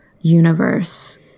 universe